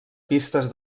pistes